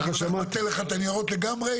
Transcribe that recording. אפשר בנייר.